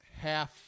half